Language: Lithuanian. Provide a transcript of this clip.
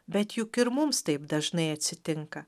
bet juk ir mums taip dažnai atsitinka